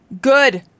Good